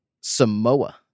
Samoa